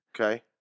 Okay